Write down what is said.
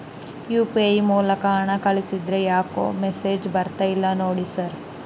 UPI ಮೂಲಕ ಹಣ ಕಳಿಸಿದ್ರ ಯಾಕೋ ಮೆಸೇಜ್ ಬರ್ತಿಲ್ಲ ನೋಡಿ ಸರ್?